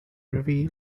reveal